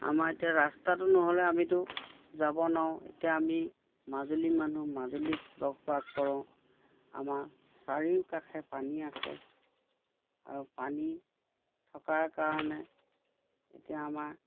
আমাৰ এতিয়া ৰাস্তাটো নহ'লে আমিতো যাব নোৱাৰোঁ এতিয়া আমি মাজুলী মানুহ মাজুলীত বসবাস কৰোঁ আমাৰ চাৰিওকাষে পানী আছে আৰু পানী থকাৰ কাৰণে এতিয়া আমাৰ